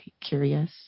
curious